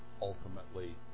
ultimately